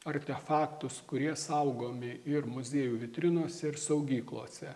artefaktus kurie saugomi ir muziejų vitrinose ir saugyklose